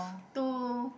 to